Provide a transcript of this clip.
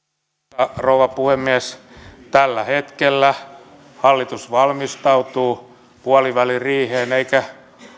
arvoisa rouva puhemies tällä hetkellä hallitus valmistautuu puoliväliriiheen eikä